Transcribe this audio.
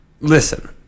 Listen